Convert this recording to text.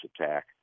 attack